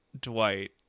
Dwight